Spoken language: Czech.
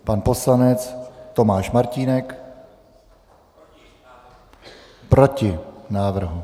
Pan poslanec Tomáš Martínek: Proti návrhu.